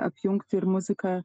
apjungti ir muzika